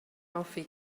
hoffi